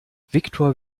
viktor